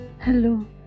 hello